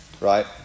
Right